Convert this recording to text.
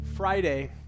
Friday